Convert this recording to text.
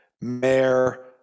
mayor